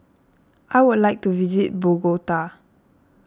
I would like to visit Bogota